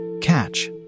Catch